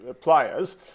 players